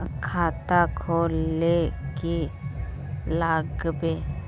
खाता खोल ले की लागबे?